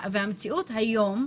והמציאות היום,